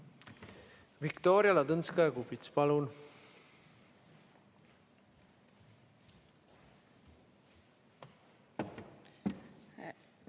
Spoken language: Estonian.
Viktoria Ladõnskaja-Kubits, palun!